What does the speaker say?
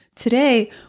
Today